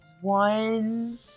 one